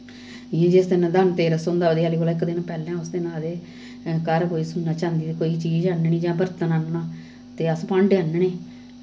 इ'यै जिस दिन धन तेरस होंदा देआली कोला इक दिन पैह्लें उस दिन आखदे अहें घर कोई सुन्ना चांदी दी कोई चीज आह्ननी जां बर्तन आह्नना ते अस भांडे आह्नने